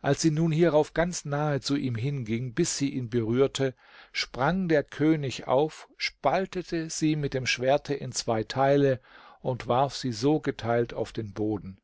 als sie nun hierauf ganz nahe zu ihm hinging bis sie ihn berührte sprang der könig auf spaltete sie mit dem schwerte in zwei teile und warf sie so geteilt auf den boden